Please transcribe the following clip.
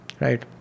Right